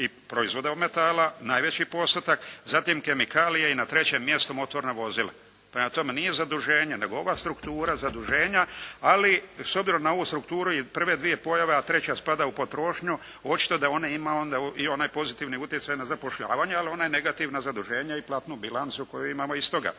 i proizvoda od metala najveći postotak, zatim kemikalije i na trećem mjestu motorna vozila. Prema tome nije zaduženje nego ova struktura zaduženja, ali s obzirom na ovu strukturu u prve dvije pojave, a treća spada u potrošnju, očito da ona ima onda i onaj pozitivni utjecaj na zapošljavanje jer ona je negativno zaduženje i platnu bilancu koju imamo iz toga.